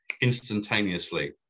instantaneously